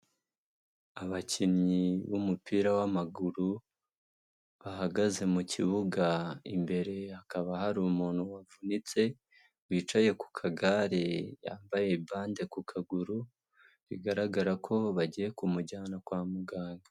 Abakinnyi b'umupira w'amaguru, bahagaze mu kibuga imbere hakaba hari umuntu wavunitse, wicaye ku kagare wambaye bande ku kaguru, bigaragara ko bagiye kumujyana kwa muganga.